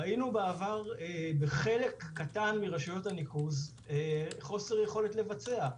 ראינו בעבר בחלק קטן מרשויות הניקוז חוסר יכולת לבצע.